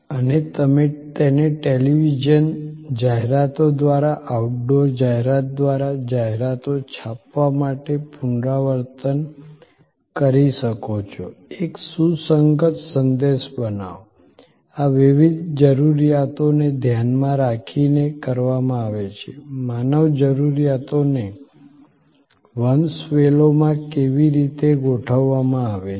અને તમે તેને ટેલિવિઝન જાહેરાતો દ્વારા આઉટડોર જાહેરાતો દ્વારા જાહેરાતો છાપવા માટે પુનરાવર્તન કરી શકો છો એક સુસંગત સંદેશ બનાવો આ વિવિધ જરૂરિયાતોને ધ્યાનમાં રાખીને કરવામાં આવે છે માનવ જરૂરિયાતોને વંશવેલોમાં કેવી રીતે ગોઠવવામાં આવે છે